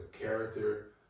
character